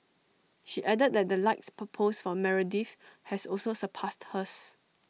she added that the likes per post for Meredith has also surpassed hers